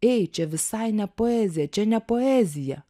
ei čia visai ne poezija čia ne poezija